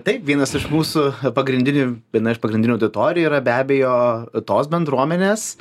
taip vienas iš mūsų pagrindinių viena iš pagrindinių auditorijų yra be abejo tos bendruomenės